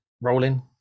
Rolling